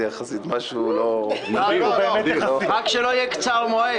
יחסית משהו לא --- רק שלא יהיה קצר מועד.